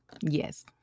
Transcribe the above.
yes